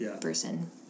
person